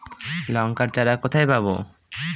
লঙ্কার চারা কোথায় পাবো?